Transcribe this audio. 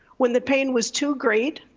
when the pain was too great,